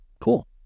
cool